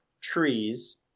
trees